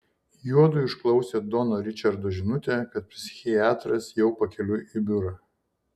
juodu išklausė dono ričardo žinutę kad psichiatras jau pakeliui į biurą